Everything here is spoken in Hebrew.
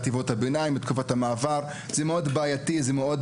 ששלב חטיבת הביניים זה הוא שלב המעבר וזה פרק זמן מאוד בעייתי ונפוץ.